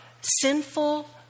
sinful